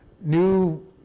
new